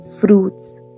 fruits